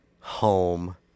home